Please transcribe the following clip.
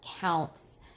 counts